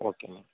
okay madam